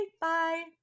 Bye